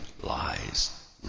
lies